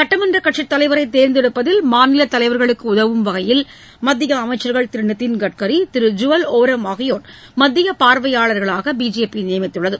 சட்டமன்றக் கட்சித் தலைவரை தேர்ந்தெடுப்பதில் மாநில தலைவர்களுக்கு உதவும் வகையில் மத்திய அமைச்சர்கள் திரு நிதின் கட்கரி திரு ஜூவல் ஓரம் ஆகியோரை மத்திய பார்வையாளர்களாக பிஜேபி நியமித்துள்ளது